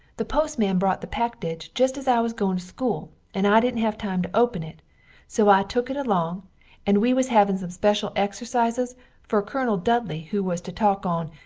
the postman brot the packidge just as i was going to school and i didn't have time to open it so i took it along and we was havin some speshul exercises fer a kernel dudley who was to talk on,